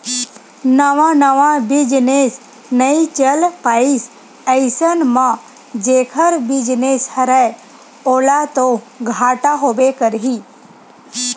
नवा नवा बिजनेस नइ चल पाइस अइसन म जेखर बिजनेस हरय ओला तो घाटा होबे करही